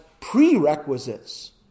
prerequisites